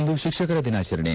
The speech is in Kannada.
ಇಂದು ಶಿಕ್ಷಕರ ದಿನಾಚರಣೆ